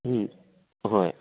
ꯎꯝ ꯑꯍꯣꯏ